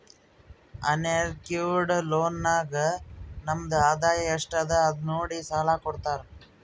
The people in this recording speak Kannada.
ಅನ್ಸೆಕ್ಯೂರ್ಡ್ ಲೋನ್ ನಾಗ್ ನಮ್ದು ಆದಾಯ ಎಸ್ಟ್ ಅದ ಅದು ನೋಡಿ ಸಾಲಾ ಕೊಡ್ತಾರ್